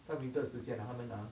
在 winter 的时间他们 ah